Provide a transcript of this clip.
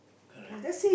correct